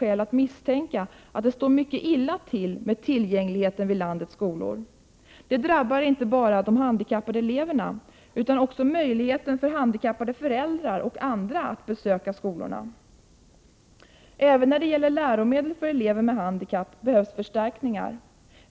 1988/89:104 misstänka att det står mycket illa till med tillgängligheten vid landets skolor. — 26 april 1989 Detta drabbar inte bara de handikappade eleverna utan även möjligheten för z . ce a Anslag till skolväsen handikappade föräldrar och andra att besöka skolorna. deiskm. Även när det gäller läromedel för elever med handikapp behövs förstärk SN ningar.